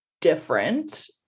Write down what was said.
different